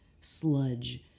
sludge